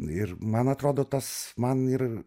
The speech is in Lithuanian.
ir man atrodo tas man ir